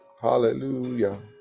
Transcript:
Hallelujah